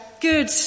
good